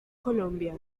colombia